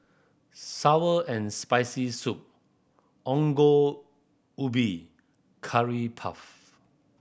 sour and Spicy Soup Ongol Ubi Curry Puff